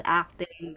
acting